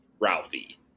Ralphie